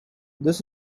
this